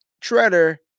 Treader